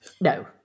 no